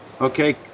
Okay